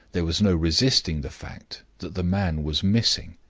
there was no resisting the fact that the man was missing.